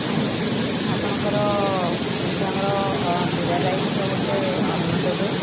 ଆଜ୍ଞା ଆପଣଙ୍କର ଯେମିତି ଆମର ଜୀରା ରାଇଶର ଗୋଟେ ଅର୍ଣ୍ଣ ଦେବେ